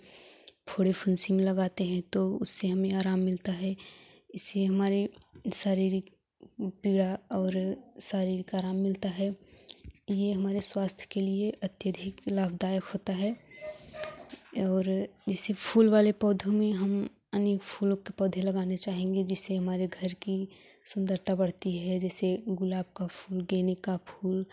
फोड़े फुंसी में लगाते हैं तो उससे हमें आराम मिलता है इससे हमारे शारीरिक पीड़ा और शारीरिक आराम मिलता है यह हमारे स्वास्थ्य के लिए अत्यधिक लाभदायक होता है और जैसे फूल वाले पौधों में हम अनेक फूलों के पौधे लगाने चाहेंगे जिससे हमारे घर की सुंदरता बढ़ती है जैसे गुलाब का फूल गेंदे का फूल